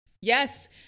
Yes